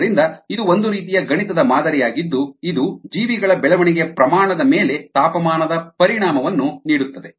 ಆದ್ದರಿಂದ ಇದು ಒಂದು ರೀತಿಯ ಗಣಿತದ ಮಾದರಿಯಾಗಿದ್ದು ಇದು ಜೀವಿಗಳ ಬೆಳವಣಿಗೆಯ ಪ್ರಮಾಣ ದ ಮೇಲೆ ತಾಪಮಾನದ ಪರಿಣಾಮವನ್ನು ನೀಡುತ್ತದೆ